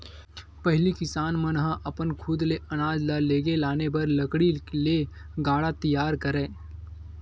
पहिली किसान मन ह अपन खुद ले अनाज ल लेगे लाने बर लकड़ी ले गाड़ा तियार करय